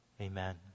Amen